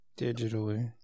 Digitally